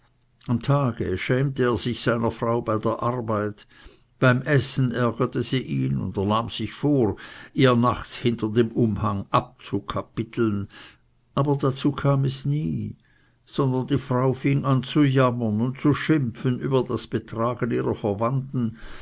am tage schämte er sich seiner frau bei der arbeit beim essen ärgerte sie ihn und er nahm sich vor ihr nachts hinter dem umhang abzukapiteln aber dazu kam es nie hinter dem umhang fing dann die frau an zu jammern und zu schimpfen über das betragen ihrer verwandten